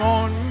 on